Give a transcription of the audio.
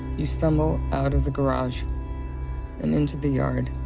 you stumble out of the garage and into the yard,